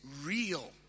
real